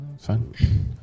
Fine